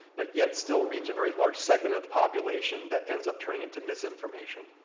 but yet still reach a very large segment of the population that ends up turning into misinformation.